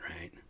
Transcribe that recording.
right